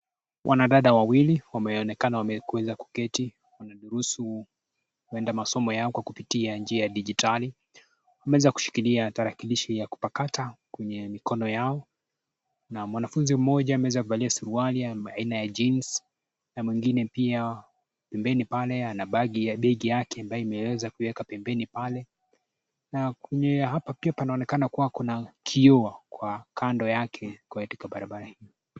Wanadada wawili wanaonekana wamezewa kuketi wakidurusu huenda masomo yao kwa kupitia njia ya dijitali, wameweza kushikilia tarakilishi ya kupakata kwenye mikono yao, na mwanafunzi mmoja ameweza kuvalia suruali aina ya jeans na mwingine pia pembeni pale ana begi yake ameweza kuiweka pembeni pale na kwenye hapa pia panaonekana kuna na kioo kwenye kando yake katika barabara hii.